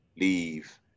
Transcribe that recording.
leave